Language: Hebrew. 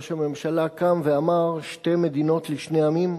ראש הממשלה קם ואמר: שתי מדינות לשני עמים,